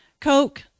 Coke